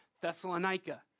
Thessalonica